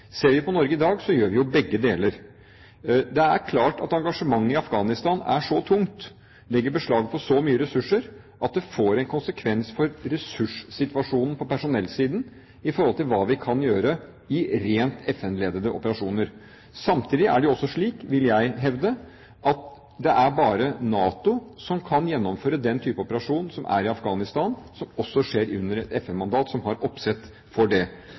Ser vi på Norge i dag, gjør vi begge deler. Det er klart at engasjementet i Afghanistan er så tungt og legger beslag på så mye ressurser at det får en konsekvens for ressurssituasjonen på personellsiden i forhold til hva vi kan gjøre i rent FN-ledede operasjoner. Samtidig er det jo også slik, vil jeg hevde, at det bare er NATO som kan gjennomføre den type operasjon som er i Afghanistan, som også skjer under FN-mandat, som har oppsett for det.